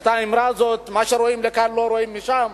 את האמרה הזאת, מה שרואים מכאן לא רואים משם,